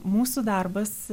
mūsų darbas